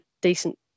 decent